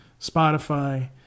Spotify